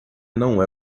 não